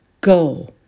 Go